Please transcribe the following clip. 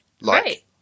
Right